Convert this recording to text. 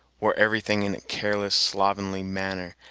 wore everything in a careless, slovenly manner,